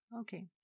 Okay